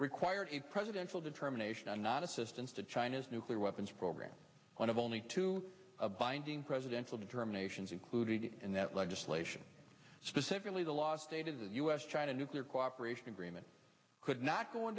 requires a presidential determination on not assistance to china's nuclear weapons program one of only two binding presidential determinations included in that legislation specifically the last state of the us china nuclear cooperation agreement could not go in